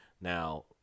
Now